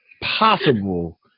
possible